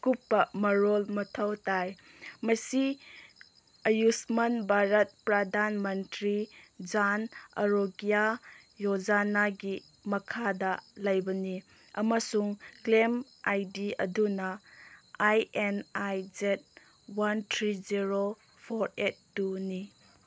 ꯑꯀꯨꯞꯄ ꯃꯔꯣꯜ ꯃꯊꯧ ꯇꯥꯏ ꯃꯁꯤ ꯑꯌꯨꯁꯃꯥꯟ ꯚꯥꯔꯠ ꯄ꯭ꯔꯗꯥꯟ ꯃꯟꯇ꯭ꯔꯤ ꯖꯥꯟ ꯑꯔꯣꯒ꯭ꯌꯥ ꯌꯣꯖꯅꯥꯒꯤ ꯃꯈꯥꯗ ꯂꯩꯕꯅꯤ ꯑꯃꯁꯨꯡ ꯀ꯭ꯂꯦꯝ ꯑꯥꯏ ꯗꯤ ꯑꯗꯨꯅ I N I Z one three zero four eight ꯇꯨꯅꯤ